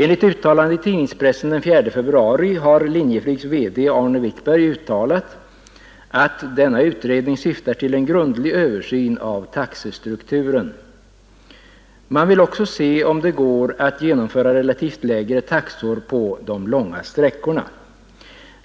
Enligt uttalande i tidningspressen den 4 februari har Linjeflygs VD Arne Wickberg uttalat att denna utredning syftar till en grundlig översyn av taxestrukturen. Man vill också se om det går att genomföra relativt lägre taxor på de långa sträckorna.